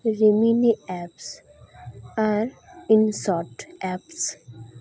ᱨᱳᱢᱤᱱᱤ apps ᱟᱨ Inshorts apps